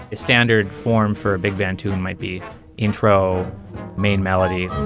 it's standard form for a big band to and might be intro main melody